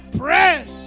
press